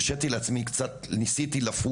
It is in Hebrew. הרשיתי לעצמי קצת לפוש,